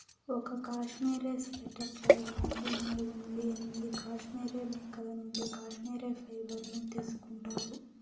ఒక cashmere sweater చేయడానికి నాలుగు నుండి ఎనిమిది కష్మెరె మేకల నుండి కష్మెరె ఫైబర్ ను తీసుకుంటారు